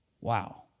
Wow